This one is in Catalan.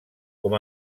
com